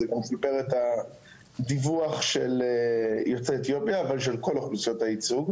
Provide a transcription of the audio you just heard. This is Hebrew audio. זה מספר את הסיפור של יוצאי אתיופיה וגם של כל אוכלוסיות הייצוג.